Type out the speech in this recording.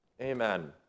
amen